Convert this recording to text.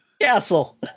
Castle